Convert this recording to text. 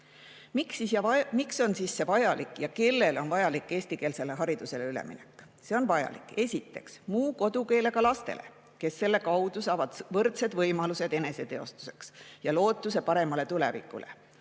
on siis vajalik ja kellele on vajalik eestikeelsele haridusele üleminek? See on vajalik, esiteks, muu kodukeelega lastele, kes selle kaudu saavad võrdsed võimalused eneseteostuseks ja lootuse paremale tulevikule,